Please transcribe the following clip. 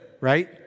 Right